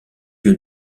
lieu